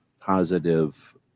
positive